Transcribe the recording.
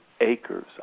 Acres